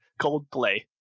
Coldplay